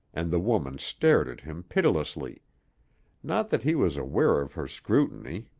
and the woman stared at him pitilessly not that he was aware of her scrutiny.